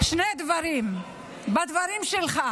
שני דברים בדברים שלך,